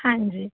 ਹਾਂਜੀ